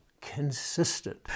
consistent